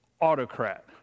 autocrat